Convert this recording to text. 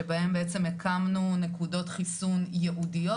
שבהם בעצם הקמנו נקודות חיסון ייעודיות,